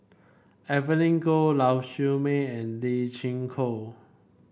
Evelyn Goh Lau Siew Mei and Lee Chin Koon